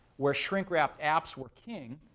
where shrinkwrapped apps were king,